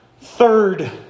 third